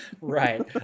Right